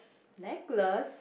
necklace